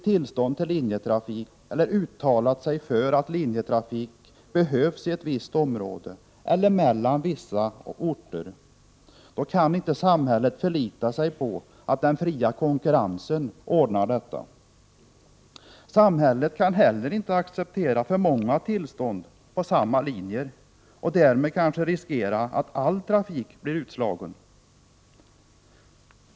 eller uttalat sig för att linjetrafik behövs i ett visst område eller mellan vissa orter, kan samhället inte förlita sig på att den fria konkurrensen skall ordna detta. Samhället kan inte heller acceptera för många tillstånd på samma linjer, och därmed kanske riskera att all trafik blir utslagen.